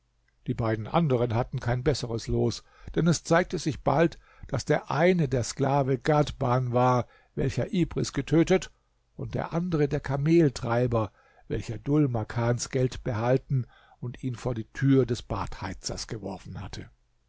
die beiden anderen hatten kein besseres los denn es zeigte sich bald daß der eine der sklave ghadban war welcher ibris getötet und der andere der kameltreiber welcher dhul makans geld behalten und ihn vor die tür des badheizers geworfen hatte